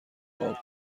قاب